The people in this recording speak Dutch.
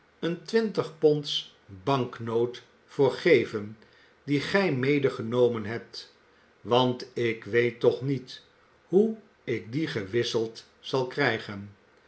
een twintigponds banknoot voor geven die gij medegenomen hebt want ik weet toch niet hoe ik die gewisseld zal krijgen